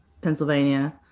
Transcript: Pennsylvania